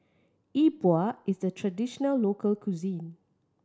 E Bua is a traditional local cuisine